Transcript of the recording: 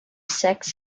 sex